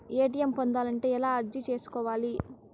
ATM పొందాలంటే ఎలా అర్జీ సేసుకోవాలి?